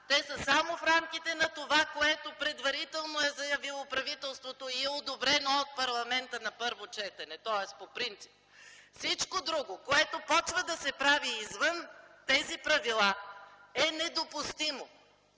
те са само в рамките на това, което предварително е заявило правителството и е одобрено от парламента на първо четене, тоест по принцип. Всичко друго, което започва да се прави извън тези правила, е недопустимо.